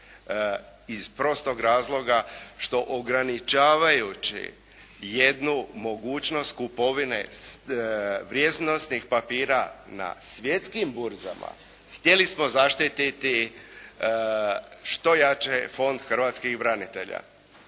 iz prostog razloga što ograničavajući jednu mogućnost kupovine vrijednosnih papira na svjetskim burzama htjeli smo zaštititi što jače Fond hrvatskih branitelja.